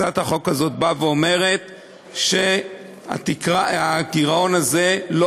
הצעת החוק הזאת באה ואומרת שהגירעון הזה לא